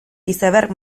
iceberg